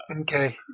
Okay